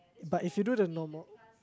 but if you do the normal